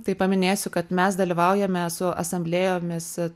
tai paminėsiu kad mes dalyvaujame su asamblėjomis